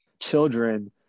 children